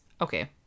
okay